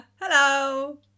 Hello